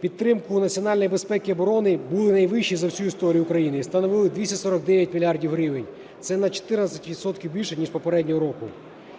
Підтримка національної безпеки і оборони була найвищою за всю історію України і становила 249 мільярдів гривень, це на 14 відсотків більше ніж попереднього року.